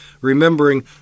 remembering